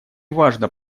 важно